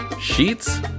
sheets